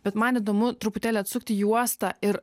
bet man įdomu truputėlį atsukti juostą ir